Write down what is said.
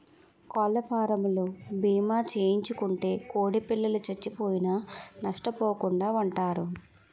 కోళ్లఫారవోలు భీమా చేయించుకుంటే కోడిపిల్లలు సచ్చిపోయినా నష్టపోకుండా వుంటారు